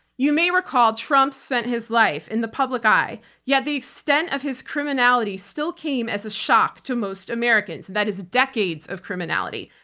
you may recall trump spent his life in the public eye yet the extent of his criminality still came as a shock to most americans. that is decades of criminality.